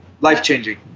Life-changing